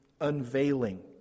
unveiling